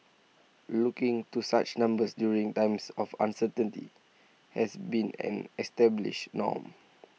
looking to such numbers during times of uncertainty has been an established norm